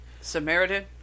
Samaritan